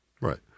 Right